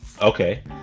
Okay